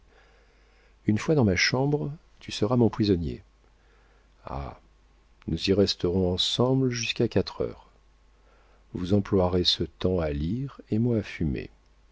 une fois dans ma chambre tu seras mon prisonnier ah nous y resterons ensemble jusqu'à quatre heures vous emploierez ce temps à lire et moi à fumer